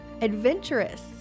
adventurous